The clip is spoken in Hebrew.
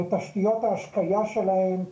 לתשתיות ההשקיה שלהם,